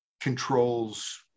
controls